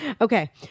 Okay